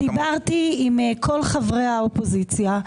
ודיברתי עם כל חברי האופוזיציה,